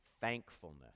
thankfulness